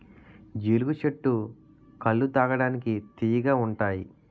జీలుగు చెట్టు కల్లు తాగడానికి తియ్యగా ఉంతాయి